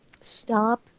stop